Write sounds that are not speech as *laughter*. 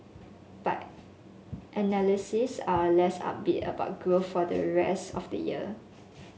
but *unintelligible* are less upbeat about growth for the rest of the year